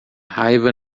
raiva